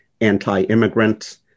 anti-immigrant